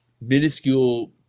minuscule